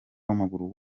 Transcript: w’amaguru